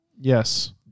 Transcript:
Yes